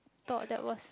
thought that was